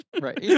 Right